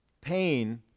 Pain